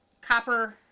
Copper